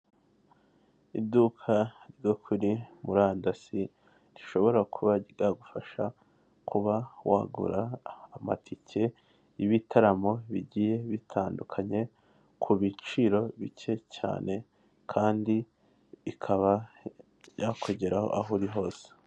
Iduka ryo kuri murandasi rishobora kuba ryagufasha kuba wagura amatike y'ibitaramo bigiye bitandukanye, ku biciro bike cyane kandi ikaba yakugeraho aho uri hose.